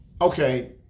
okay